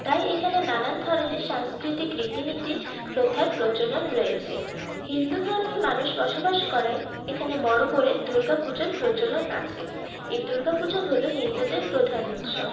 তাই এখানে নানান ধরনের সাংস্কৃতিক রীতি নীতি প্রথার প্রচলন রয়েছে হিন্দুধর্মের মানুষ বসবাস করায় এখানে বড় করে দুর্গাপুজোর প্রচলন আছে এই দুর্গাপুজো হল হিন্দুদের প্রধান উৎসব